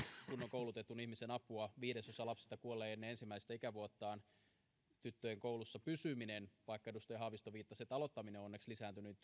koulutetun ihmisen apua viidesosa lapsista kuolee ennen ensimmäistä ikävuottaan tyttöjen koulussa pysyminen vaikka edustaja haavisto viittasi että aloittaminen on onneksi lisääntynyt